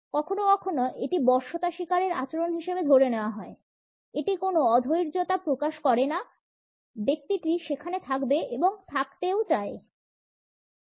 কখনও কখনও এটি বশ্যতা স্বীকারের আচরণ হিসেবে ধরে নেওয়া হয় এটি কোনও অধৈর্যতা প্রকাশ করে না ব্যক্তিটি সেখানে থাকবে এবং থাকতে চায়ও